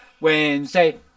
Wednesday